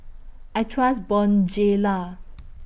I Trust Bonjela